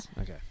okay